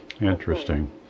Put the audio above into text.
Interesting